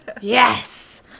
yes